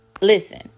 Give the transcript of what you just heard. listen